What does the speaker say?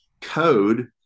code